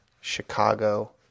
Chicago